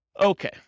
Okay